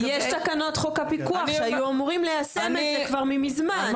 יש תקנות חוק הפיקוח שהיו אמורים ליישם את זה כבר ממזמן,